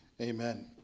Amen